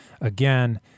again—